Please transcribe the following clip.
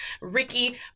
Ricky